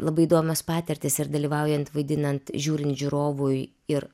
labai įdomios patirtys ir dalyvaujant vaidinant žiūrint žiūrovui ir